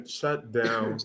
shutdown